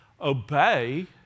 obey